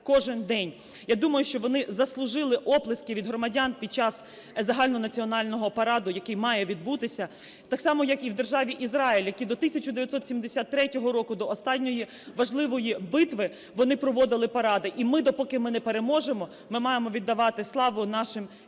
Я думаю, що вони заслужили оплески від громадян під час загальнонаціонального параду, який має відбутися так само, як і в Державі Ізраїль, яка до 1973 року до останньої важливої битви, вони проводили паради. І ми, допоки ми не переможемо, ми маємо віддавати славу нашим військовим.